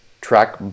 track